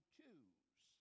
choose